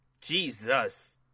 Jesus